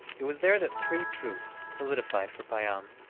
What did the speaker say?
it was there that three truths solidified for payam.